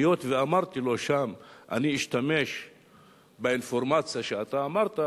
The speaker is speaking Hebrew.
היות שאמרתי לו שם: אני אשתמש באינפורמציה שאתה אמרת,